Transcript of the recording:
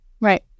right